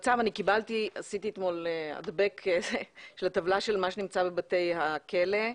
עשיתי אתמול "הדבק" של הטבלה, מה שנמצא בבתי הכלא.